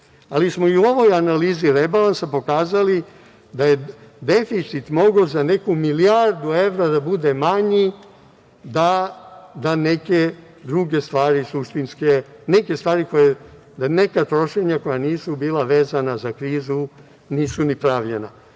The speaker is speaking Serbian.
ali smo i u ovoj analizi rebalansa pokazali da je deficit mogao za neku milijardu evra da bude manji, da neke druge stvari suštinske, neka trošenja koja nisu bila vezana za krizu nisu ni pravljena. Oko